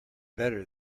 better